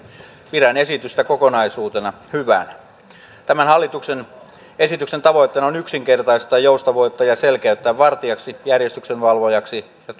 pidän esitystä kokonaisuutena hyvänä tämän hallituksen esityksen tavoitteena on yksinkertaistaa joustavoittaa ja selkeyttää vartijaksi järjestyksenvalvojaksi ja